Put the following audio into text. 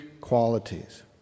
qualities